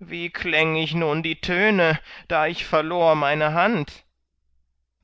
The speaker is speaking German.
wie kläng ich nun die töne da ich verlor meine hand